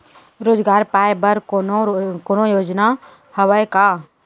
रोजगार पाए बर कोनो योजना हवय का?